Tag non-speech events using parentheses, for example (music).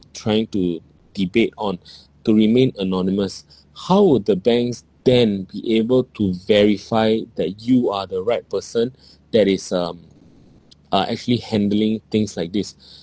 trying to debate on (breath) to remain anonymous how would the banks then be able to verify that you are the right person that is um uh actually handling things like this